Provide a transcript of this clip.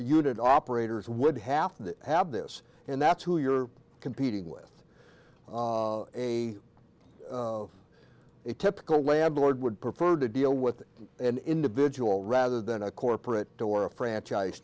unit operators would have to have this and that's who you're competing with a a typical landlord would prefer to deal with an individual rather than a corporate door a franchise